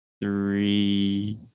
Three